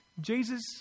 Jesus